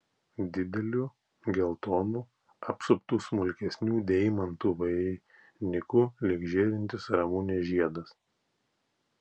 dideliu geltonu apsuptu smulkesnių deimantų vainiku lyg žėrintis ramunės žiedas